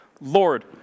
Lord